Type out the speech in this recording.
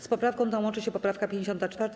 Z poprawką tą łączy się poprawka 54.